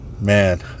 Man